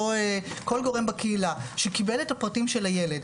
או כל גורם בקהילה שקיבל את הילדים של הילד,